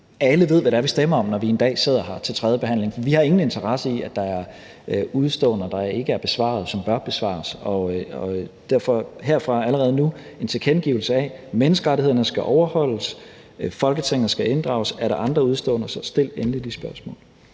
alle ved, hvad det er, vi stemmer om, når vi en dag sidder her til tredje behandling, for vi har ingen interesse i, at der er spørgsmål om udeståender, som burde have været besvaret. Derfor allerede nu herfra en tilkendegivelse: Menneskerettighederne skal overholdes, Folketinget skal inddrages, og er der andre udeståender, så stil endelig de spørgsmål.